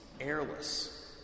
airless